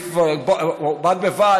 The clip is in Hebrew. עדיף כבר, או בד בבד,